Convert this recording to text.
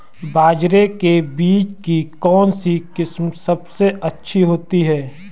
बाजरे के बीज की कौनसी किस्म सबसे अच्छी होती है?